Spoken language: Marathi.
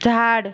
झाड